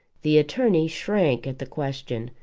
the attorney shrank at the question,